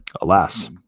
alas